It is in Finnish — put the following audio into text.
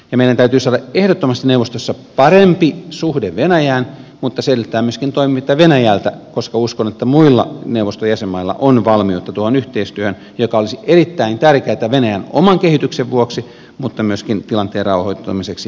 meidän täytyy saada ehdottomasti neuvostossa parempi suhde venäjään mutta se edellyttää myöskin toimia venäjältä koska uskon että muilla neuvoston jäsenmailla on valmiutta tuohon yhteistyöhön joka olisi erittäin tärkeätä venäjän oman kehityksen vuoksi mutta myöskin tilanteen rauhoittamiseksi euroopassa